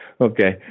Okay